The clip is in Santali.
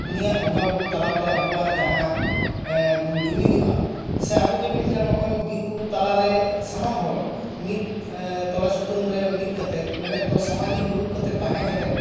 ᱩᱱᱤᱭᱟᱜ ᱵᱚᱸᱜᱟ ᱵᱳᱨᱳ ᱛᱟᱞᱟᱛᱮ ᱟᱵᱚᱣᱟᱜ ᱡᱟᱦᱟᱸ ᱵᱚᱱ ᱡᱩᱢᱤᱫᱚᱜᱼᱟ ᱥᱮ ᱟᱵᱚ ᱡᱮ ᱢᱤᱫᱴᱟᱝ ᱱᱚᱜᱼᱚᱭ ᱵᱤᱨᱵᱩᱨᱩ ᱛᱟᱞᱟᱨᱮ ᱥᱟᱱᱟᱢ ᱦᱚᱲ ᱢᱤᱫ ᱛᱚᱲᱮ ᱥᱩᱛᱟᱹᱢ ᱨᱮ ᱢᱤᱫ ᱠᱟᱛᱮᱫ ᱢᱮᱱᱮᱫ ᱫᱚ ᱥᱟᱢᱟᱡᱤᱠ ᱨᱩᱯ ᱠᱟᱛᱮᱫ ᱛᱟᱦᱮᱸ ᱠᱟᱛᱮᱫ